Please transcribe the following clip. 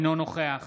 אינו נוכח